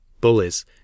bullies